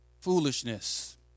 foolishness